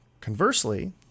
Conversely